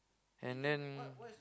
and then